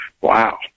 wow